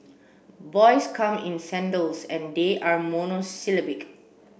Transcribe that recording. boys come in sandals and they are monosyllabic